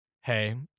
hey